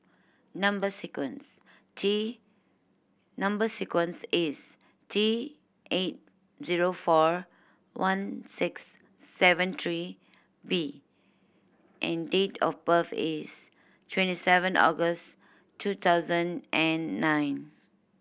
number sequence T number sequence is T eight zero four one six seven three B and date of birth is twenty seven August two thousand and nine